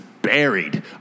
Buried